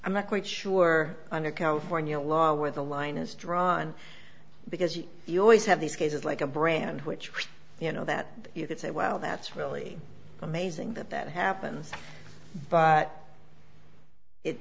i'm not quite sure under california law where the line is drawn because you always have these cases like a brand which you know that you could say well that's really amazing that that happens but it